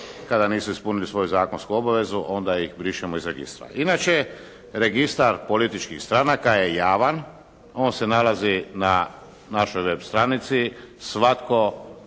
kada nisu ispunili svoju zakonsku obavezu, onda brišemo iz Registra. Inače, Registar političkih stranaka je javan. On se nalazi na našoj web. stranici. Svatko